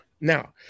Now